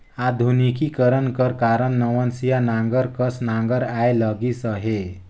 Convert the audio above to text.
आधुनिकीकरन कर कारन नवनसिया नांगर कस नागर आए लगिस अहे